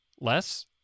less